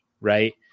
right